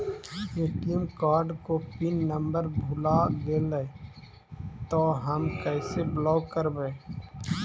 ATM card को pin number भुला गैले तौ हम कैसे ब्लॉक करवै?